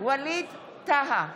ווליד טאהא,